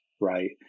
right